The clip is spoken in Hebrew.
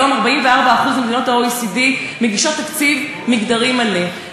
היום, 44% ממדינות ה-OECD מגישות תקציב מגדרי מלא.